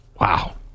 Wow